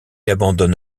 abandonne